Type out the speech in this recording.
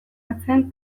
atzean